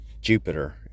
Jupiter